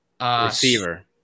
Receiver